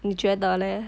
你觉得 leh